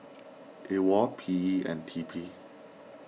Awol P E and T P